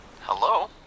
Hello